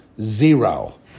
Zero